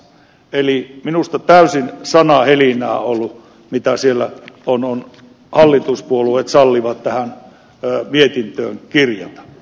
eli minusta täysin sanahelinää on ollut se mitä siellä hallituspuolueet sallivat tähän mietintöön kirjata